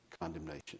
condemnation